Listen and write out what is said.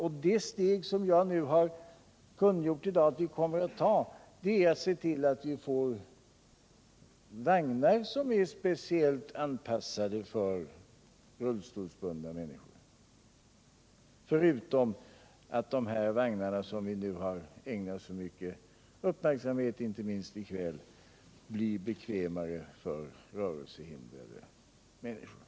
Och det steg som jag nu har kungjort i dag att vi kommer att ta, det är att se till att vi får vagnar som är speciellt anpassade för rullstolsbundna människor, förutom att de här vagnarna, som vi nu har ägnat så mycken uppmärksamhet, inte minst i kväll, blir bekvämare för rörelsehindrade människor.